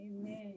Amen